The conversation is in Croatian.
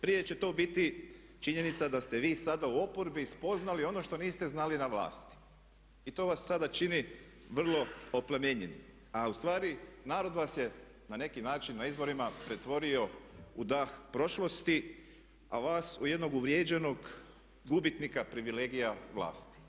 Prije će to biti činjenica da ste vi sada u oporbi spoznali ono što niste znali na vlasti i to vas sada čini vrlo oplemenjenim a ustvari narod vas je na neki način na izborima pretvorio u dah prošlosti a vas u jednog uvrijeđenog gubitnika privilegija vlasti.